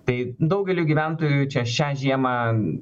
tai daugeliui gyventojų čia šią žiemą